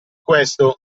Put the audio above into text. questo